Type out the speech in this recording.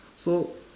so